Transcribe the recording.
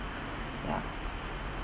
ya